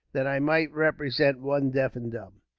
that i might represent one deaf and dumb.